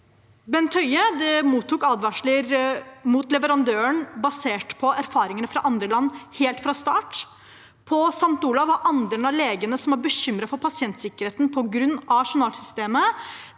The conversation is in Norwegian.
helt fra start advarsler mot leverandøren basert på erfaringene fra andre land. På St. Olavs var andelen av legene som var bekymret for pasientsikkerheten på grunn av journalsystemet,